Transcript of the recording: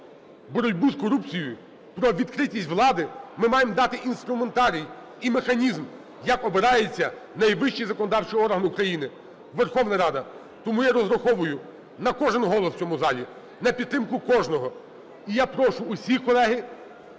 боротьбу з корупцією, про відкритість влади, ми маємо дати інструментарій і механізм, як обирається найвищий законодавчий орган України – Верховна Рада. Тому я розраховую на кожний голос в цьому залі, на підтримку кожного. І я прошу всіх, колеги,